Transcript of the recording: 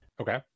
Okay